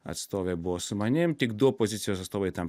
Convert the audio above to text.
atstovė buvo su manim tik du opozicijos atstovai tam